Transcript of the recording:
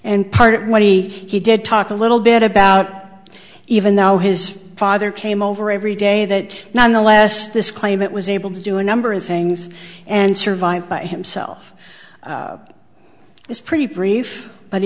and part of what he he did talk a little bit about even though his father came over every day that nonetheless this claim it was able to do a number of things and survive by himself is pretty brief but